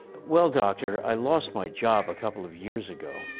well doctor, i lost my job couple of years ago.